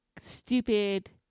stupid